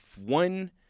one